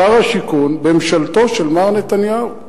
שר השיכון בממשלתו של מר נתניהו.